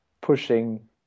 pushing